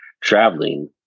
traveling